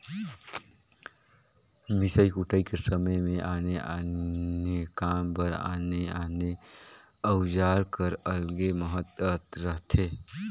मिसई कुटई कर समे मे आने आने काम बर आने आने अउजार कर अलगे महत रहथे